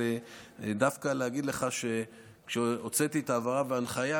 אבל דווקא להגיד לך שכשהוצאתי את ההבהרה וההנחיה,